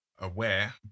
aware